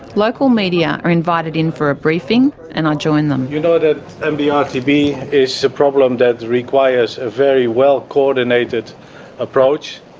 local media are invited in for a briefing, and i join them. you know mdr tb is a problem that requires a very well-coordinated approach.